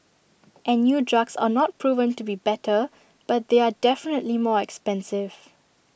and new drugs are not proven to be better but they are definitely more expensive